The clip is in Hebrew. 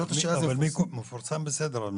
מפורסם, בסדר.